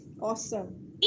awesome